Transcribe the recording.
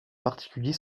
particulier